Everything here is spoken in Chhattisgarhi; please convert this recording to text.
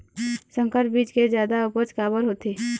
संकर बीज के जादा उपज काबर होथे?